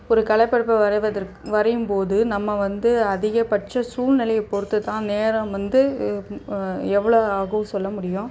ஒரு கலை படைப்பை வரைவதற்கு வரையும்போது நம்ம வந்து அதிகபட்ச சூழ்நெலைய பொறுத்து தான் நேரம் வந்து எவ்வளோ ஆகும்னு சொல்ல முடியும்